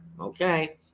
Okay